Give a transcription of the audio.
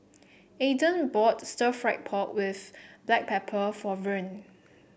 Ayden bought Stir Fried Pork with Black Pepper for Vern